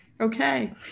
Okay